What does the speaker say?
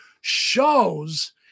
shows